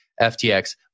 FTX